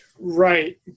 right